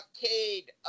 blockade